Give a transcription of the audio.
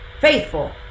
faithful